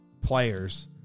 players